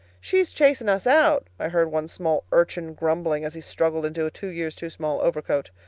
she's chasin' us out, i heard one small urchin grumbling as he struggled into a two-years-too-small overcoat.